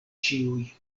ĉiuj